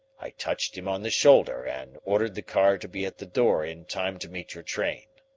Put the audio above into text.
i touched him on the shoulder and ordered the car to be at the door in time to meet your train.